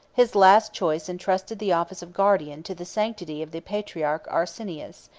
his last choice intrusted the office of guardian to the sanctity of the patriarch arsenius,